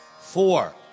Four